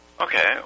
Okay